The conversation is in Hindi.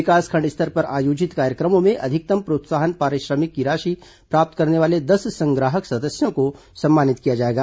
विकाखण्ड स्तर पर आयोजित कार्यक्रमों में अधिकतम प्रोत्साहन पारिश्रमिक की राशि प्राप्त करने वाले दस संग्राहक सदस्यों को सम्मानित किया जाएगा